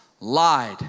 lied